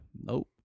Nope